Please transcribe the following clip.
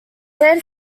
there